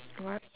what